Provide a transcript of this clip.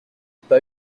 pas